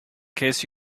case